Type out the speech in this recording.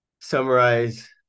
summarize